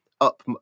up